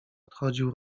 odchodził